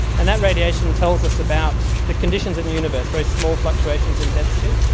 and that radiation tells us about the conditions in the universe, very small fluctuations in density.